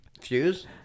fuse